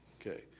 Okay